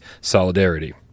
solidarity